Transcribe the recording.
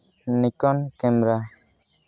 Nikon camera